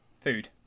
Food